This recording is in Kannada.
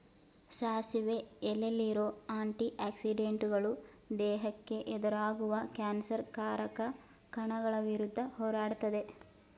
ಸಾಸಿವೆ ಎಲೆಲಿರೋ ಆಂಟಿ ಆಕ್ಸಿಡೆಂಟುಗಳು ದೇಹಕ್ಕೆ ಎದುರಾಗುವ ಕ್ಯಾನ್ಸರ್ ಕಾರಕ ಕಣಗಳ ವಿರುದ್ಧ ಹೋರಾಡ್ತದೆ